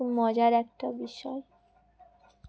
খুব মজার একটা বিষয়